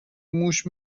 موش